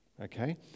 Okay